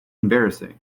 embarrassing